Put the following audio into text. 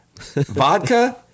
vodka